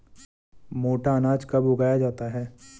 मोटा अनाज कब उगाया जाता है?